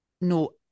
no